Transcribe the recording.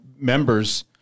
members